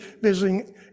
visiting